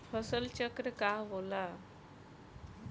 फसल चक्र का होला?